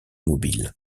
mobiles